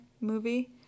movie